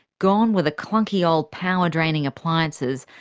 gone were the clunky old power-draining appliances,